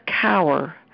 cower